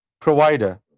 provider